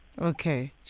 Okay